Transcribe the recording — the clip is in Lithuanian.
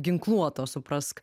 ginkluoto suprask